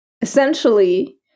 Essentially